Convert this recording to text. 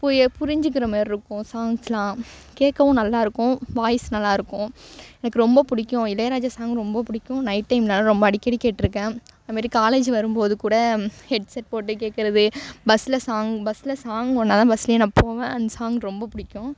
புரிஞ்சுக்கிற மாதிரி இருக்கும் சாங்ஸ்லாம் கேட்கவும் நல்லா இருக்கும் வாய்ஸ் நல்லா இருக்கும் எனக்கு ரொம்ப பிடிக்கும் இளையராஜா சாங் ரொம்ப பிடிக்கும் நைட் டைமில் ரொம்ப அடிக்கடி கேட்டிருக்கேன் அது மாதிரி காலேஜு வரும்போது கூட ஹெட்செட் போட்டு கேக்கிறது பஸ்ஸில் சாங் பஸ்ஸில் சாங் ஓடினா தான் பஸ்லேயே நான் போவேன் அந்த சாங் ரொம்ப பிடிக்கும்